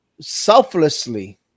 selflessly